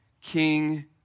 king